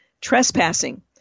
Trespassing